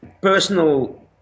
personal